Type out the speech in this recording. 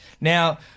Now